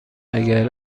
اگر